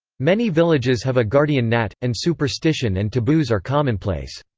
many villages have a guardian nat, and superstition and taboos are commonplace.